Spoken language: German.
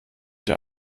der